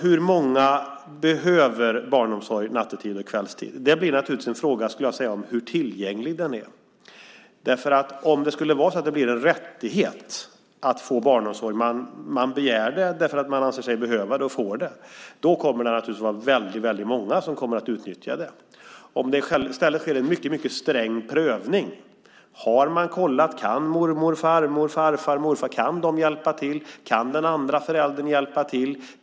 Hur många som behöver barnomsorg nattetid och kvällstid blir naturligtvis en fråga om hur tillgänglig den är. Om det skulle bli en rättighet att få denna barnomsorg - man begär det därför att man anser sig behöva det och får det - kommer det naturligtvis att vara väldigt många som utnyttjar den. Alternativet är att det sker en mycket sträng prövning. Kan mormor, morfar, farmor eller farfar hjälpa till? Kan den andra föräldern hjälpa till?